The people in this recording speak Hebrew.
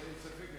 אין ספק.